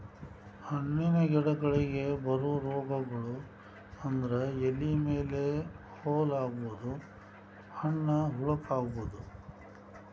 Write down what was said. ಹಣ್ಣಿನ ಗಿಡಗಳಿಗೆ ಬರು ರೋಗಗಳು ಅಂದ್ರ ಎಲಿ ಮೇಲೆ ಹೋಲ ಆಗುದು, ಹಣ್ಣ ಹುಳಕ ಅಗುದು